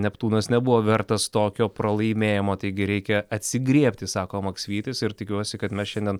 neptūnas nebuvo vertas tokio pralaimėjimo taigi reikia atsigriebti sako maksvytis ir tikiuosi kad mes šiandien